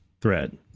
thread